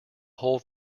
whole